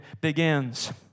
begins